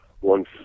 One